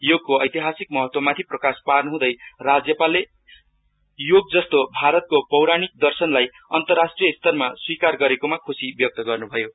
योगको ऐतिहासिक महत्वमाथि प्रकाश पार्नुहँदै राज्यपालले योग जस्तो भारतको पौराणिक दर्शनलाई अन्तरराष्ट्रिय स्तरमा स्विकार गरेकोमा ख्शि व्यक्त गर्न्भएको छ